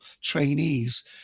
trainees